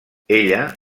ella